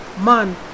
man